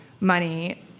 money